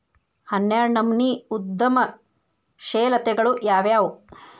ಹನ್ನೆರ್ಡ್ನನಮ್ನಿ ಉದ್ಯಮಶೇಲತೆಗಳು ಯಾವ್ಯಾವು